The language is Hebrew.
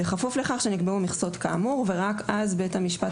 בכפוף לכך שנקבעו מכסות כאמור" ורק אז בית המשפט,